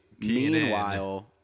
Meanwhile